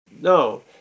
no